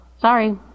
sorry